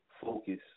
focus